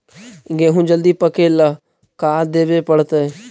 गेहूं जल्दी पके ल का देबे पड़तै?